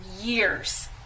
years